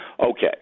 Okay